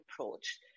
approach